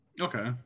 Okay